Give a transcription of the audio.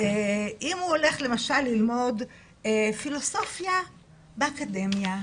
אם הוא הולך למשל ללמוד פילוסופיה באקדמיה,